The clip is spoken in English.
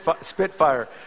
spitfire